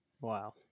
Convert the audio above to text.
wow